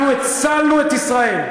אנחנו הצלנו את ישראל.